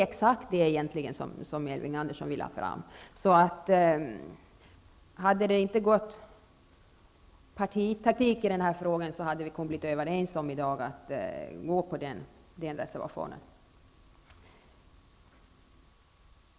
Det är egentligen exakt detta Elving Andersson vill ha fram, så har det inte gått partitaktik i frågan hade vi i dag kunnat bli överens om att bifalla reservation 1.